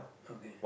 okay